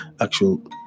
actual